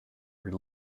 were